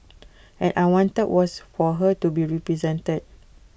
and I wanted was for her to be represented